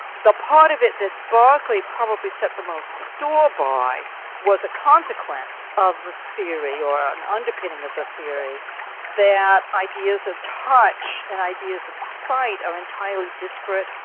the part of it that berkeley probably set the most store by was a consequence of the theory, or an underpinning of the theory that ideas of touch and ideas of sight are entirely disparate,